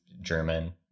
german